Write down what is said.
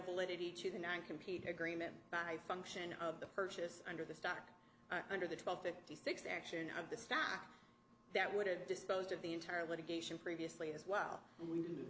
validity to the nine compete agreement by function of the purchase under the stock under the twelve fifty six action of the stock that would have disposed of the entire litigation previously as well we d